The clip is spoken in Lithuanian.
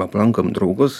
aplankom draugus